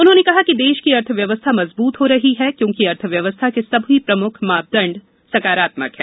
उन्होंने कहा कि देश की अर्थव्यव्यस्था मजबूत हो रही है क्योंकि अर्थव्यवस्था के सभी प्रमुख मानदंड सकारात्मक हैं